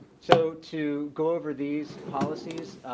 so, to go over these policies,